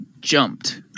jumped